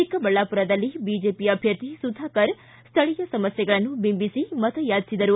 ಚಿಕ್ಕಬಳ್ಳಾಪುರದಲ್ಲಿ ಬಿಜೆಪಿ ಅಭ್ಯರ್ಥಿ ಸುಧಾಕರ್ ಸ್ವಳೀಯ ಸಮಸ್ಯೆಗಳನ್ನು ಬಿಂಬಿಸಿ ಮತಯಾಚಿಸಿದರು